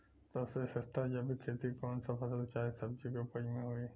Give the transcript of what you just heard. सबसे सस्ता जैविक खेती कौन सा फसल चाहे सब्जी के उपज मे होई?